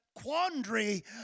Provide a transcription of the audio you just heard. quandary